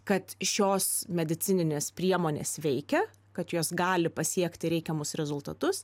kad šios medicininės priemonės veikia kad jos gali pasiekti reikiamus rezultatus